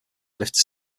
lift